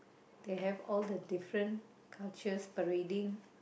they have all the different cultures already